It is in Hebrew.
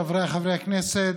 חבריי חברי הכנסת,